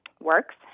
works